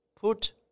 Put